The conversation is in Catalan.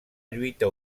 lluita